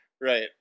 Right